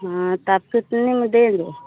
में दे दो